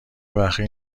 بخیل